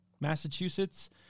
Massachusetts